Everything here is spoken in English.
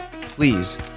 please